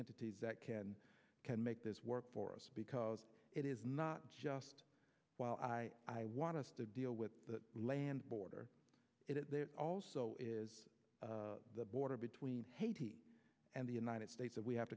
entities that can can make this work for us because it is not just while i i want us to deal with the land border it also is the border between haiti and the united states and we have